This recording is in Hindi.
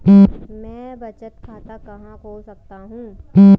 मैं बचत खाता कहां खोल सकता हूँ?